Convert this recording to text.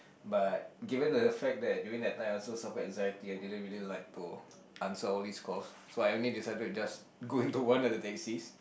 but given the fact that during that time I also suffered anxiety I didn't like to answer all these calls so I only decided to just go into one of the taxis